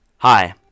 Hi